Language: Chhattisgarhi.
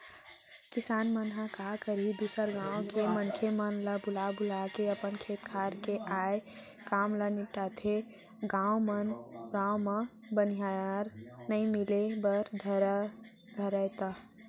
किसान मन ह काय करही दूसर गाँव के मनखे मन ल बुला बुलाके अपन खेत खार के आय काम ल निपटाथे, गाँव म बनिहार नइ मिले बर धरय त